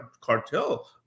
cartel